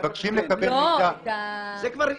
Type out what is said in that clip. מבקשים לקבל מידע --- מה עם הטעמים?